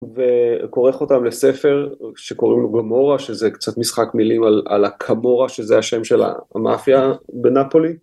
וכורך אותם לספר שקוראים לו גמורה שזה קצת משחק מילים על הקמורה שזה השם של המאפיה בנפולי.